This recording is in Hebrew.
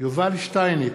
יובל שטייניץ,